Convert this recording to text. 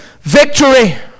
victory